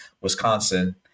Wisconsin